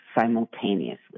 simultaneously